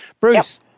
Bruce